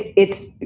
it's.